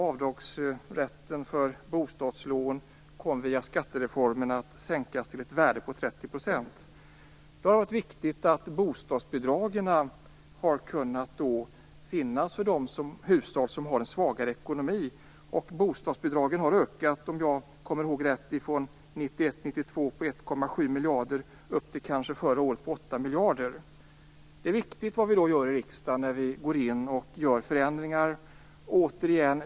Avdragsrätten för bostadslån kom via skattereformen att sänkas till ett värde på 30 %. Då har det varit viktigt att bostadsbidragen har funnits för de hushåll som har en svagare ekonomi. Bostadsbidragen har ökat från 1,7 miljarder 1991/92 upp till ca 8 miljarder förra året, om jag minns rätt. Det är viktigt vad vi gör i riksdagen när vi går in och gör förändringar.